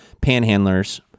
Panhandlers